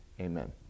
Amen